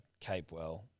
Capewell